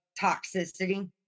toxicity